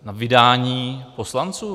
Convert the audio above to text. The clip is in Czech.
Na vydání poslanců?